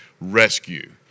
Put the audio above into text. rescue